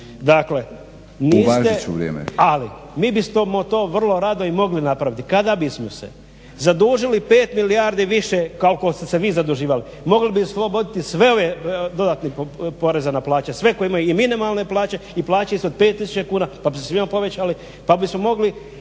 ali mi bismo to vrlo rado i mogli napraviti kada bismo se zadužili 5 milijardi više koliko ste se vi zaduživali. Mogli bi osloboditi sve ove dodatne poreze na plaću, sve koji imaju i minimalne plaće i plaće ispod 5 tisuća kuna pa bi se svima povećali pa bismo mogli